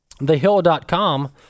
Thehill.com